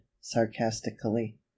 sarcastically